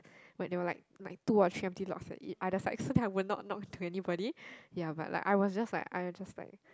when it was like like two option empty lot at it others side was not not to have anybody ya but I was just like I was just like